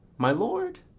my lord?